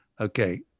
Okay